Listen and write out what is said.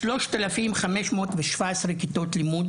חסרות 3,517 כיתות לימוד